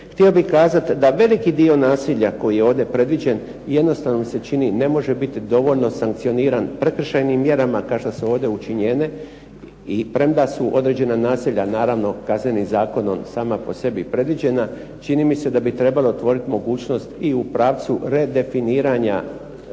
htio bih kazati da veliki dio nasilja koji je ovdje predviđen jednostavno se čini ne može biti dovoljno sankcioniran prekršajnim mjerama kao što su ovdje učinjene, premda su određena nasilja naravno Kaznenim zakonom sama po sebi predviđena i čini mi se da bi trebalo otvoriti mogućnost u pravcu redefiniranja